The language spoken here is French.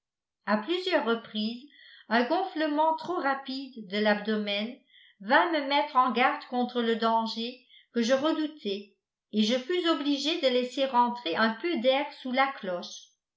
à plusieurs reprises un gonflement trop rapide de l'abdomen vint me mettre en garde contre le danger que je redoutais et je fus obligé de laisser rentrer un peu d'air sous la cloche